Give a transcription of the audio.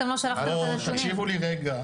תקשיבו לי רגע,